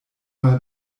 mal